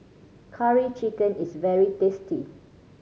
Curry Chicken is very tasty